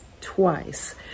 twice